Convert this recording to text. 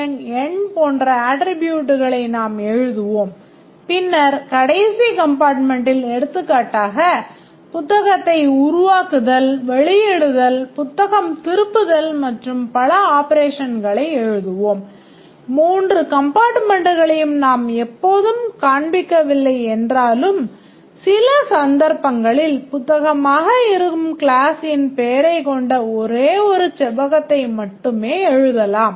என் எண் போன்ற அட்ட்ரிபூட்க்களை பெயரைக் கொண்ட ஒரே ஒரு செவ்வகத்தை மட்டுமே எழுதலாம்